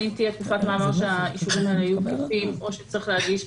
האם תהיה תקופת מעבר שהאישורים האלה יהיו תקפים או שצריך להגיש.